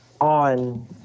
on